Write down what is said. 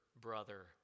brother